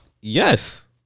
yes